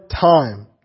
time